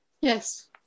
Yes